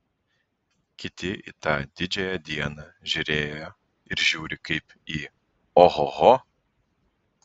kiti į tą didžiąją dieną žiūrėjo ir žiūri kaip į ohoho